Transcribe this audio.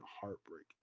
heartbreak